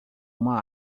uma